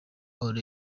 all